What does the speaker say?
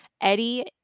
Eddie